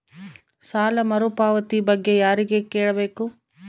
ಸಾಲ ಮರುಪಾವತಿ ಬಗ್ಗೆ ಯಾರಿಗೆ ಕೇಳಬೇಕು?